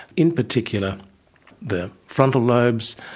in particular the frontal lobes,